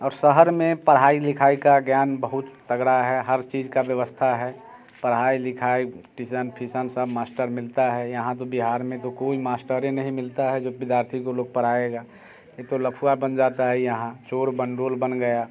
और शहर में पढ़ाई लिखाई का ज्ञान बहुत तगड़ा है हर चीज का व्यवस्था है पढ़ाई लिखाई सब मास्टर मिलता है यहाँ तो बिहार में तो कोई मास्टर ही नहीं मिलता है जो विद्यार्थी को लोग पढ़ायेगा नहीं तो लफुआ बन जाता है यहाँ चोर बंडोल बन गया